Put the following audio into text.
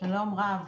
שלום רב.